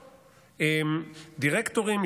דירקטורים,